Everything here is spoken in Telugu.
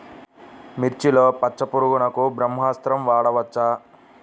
మిర్చిలో పచ్చ పురుగునకు బ్రహ్మాస్త్రం వాడవచ్చా?